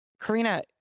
Karina